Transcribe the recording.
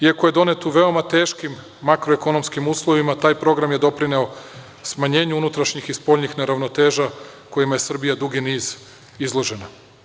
Iako je donet u veoma teškim makroekonomskim uslovima taj program je doprineo smanjenju unutrašnjih i spoljnih neravnoteža kojima je Srbija dugi niz izložena.